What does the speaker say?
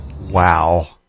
Wow